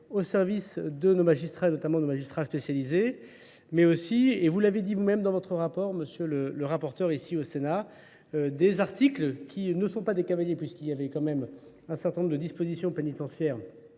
au service de nos magistrats notamment nos magistrats spécialisés Mais aussi, et vous l'avez dit vous-même dans votre rapport, monsieur le rapporteur ici au Sénat, des articles qui ne sont pas des cavaliers puisqu'il y avait quand même un certain nombre de dispositions pénitentiaires